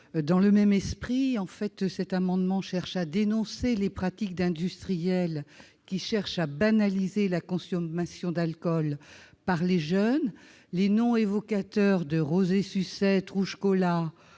dans le même esprit que les deux précédents, vise à dénoncer les pratiques d'industriels qui cherchent à banaliser la consommation d'alcool par les jeunes. Les noms évocateurs de Rosé Sucette, Rouge Cola